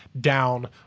down